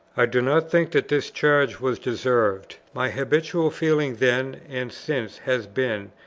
i do not think that this charge was deserved. my habitual feeling then and since has been,